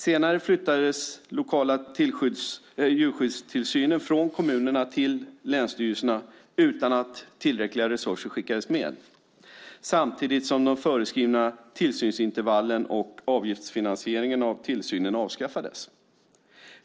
Senare flyttades den lokala djurskyddstillsynen från kommunerna till länsstyrelserna, utan att tillräckliga resurser skickades med, samtidigt som de föreskrivna tillsynsintervallen och avgiftsfinansieringen av tillsynen avskaffades.